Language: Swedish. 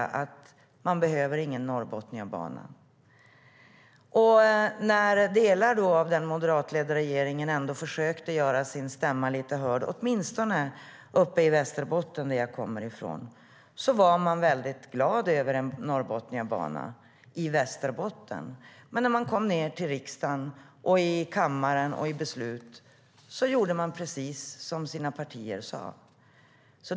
De ansåg att det inte behövdes någon Norrbotniabana.När delar av den moderatledda regeringen ändå försökte göra sin stämma lite hörd, åtminstone uppe i Västerbotten, som jag kommer ifrån, var de väldigt glada över en Norrbotniabana. Men när de kom ned till riksdagen och kammaren och skulle fatta beslut gjorde de precis som deras partier sade.